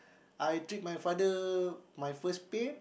I treat my father my first paid